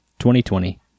2020